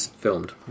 filmed